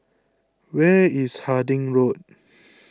where is Harding Road